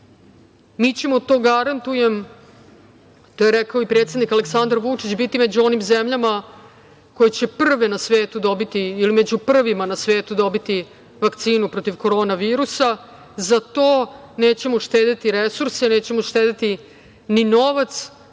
Mi ćemo to garantujem, to je rekao i predsednik Aleksandar Vučić, biti među onim zemljama koje će prve na svetu dobiti ili među prvima na svetu dobiti vakcinu protiv korona virusa. Za to nećemo štedeti resurse, nećemo štedeti ni novac, ni